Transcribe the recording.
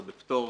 או בפטור